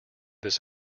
this